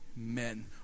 amen